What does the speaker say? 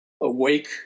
awake